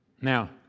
Now